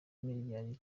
miliyari